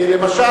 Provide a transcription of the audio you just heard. למשל,